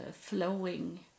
flowing